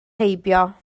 heibio